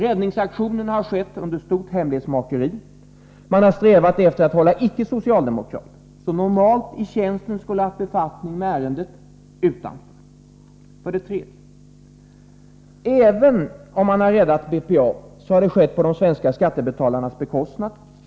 Räddningsaktionen har skett under stort hemlighetsmakeri. Man har strävat efter att hålla icke socialdemokrater — som normalt i tjänsten skulle ha haft befattning med ärendet — utanför. 3. Även om man räddat BPA, har det skett på de svenska skattebetalarnas bekostnad.